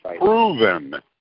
proven